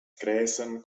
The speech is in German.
gräsern